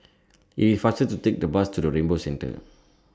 IT IS faster to Take The Bus to Rainbow Centre